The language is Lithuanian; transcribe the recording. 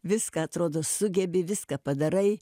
viską atrodo sugebi viską padarai